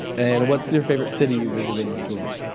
and what's your favorite city you've visited on tour?